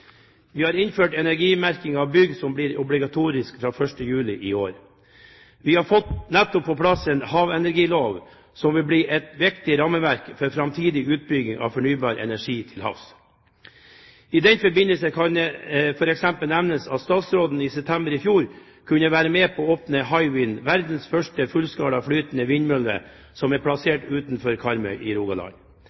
Vi har innført energimerking av bygg, som blir obligatorisk fra 1. juli i år. Vi har nettopp fått på plass en havenergilov som vil bli et viktig rammeverk for framtidig utbygging av fornybar energi til havs. I den forbindelse kan det f.eks. nevnes at statsråden i september i fjor kunne være med på å åpne Hywind, verdens første fullskala flytende vindmølle, som er plassert utenfor Karmøy i Rogaland.